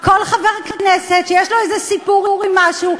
כל חבר כנסת שיש לו איזה סיפור עם משהו,